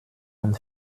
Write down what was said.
und